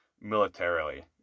militarily